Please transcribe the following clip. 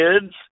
kids